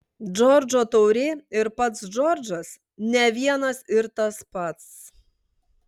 džordžo taurė ir pats džordžas ne vienas ir tas pats